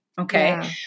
Okay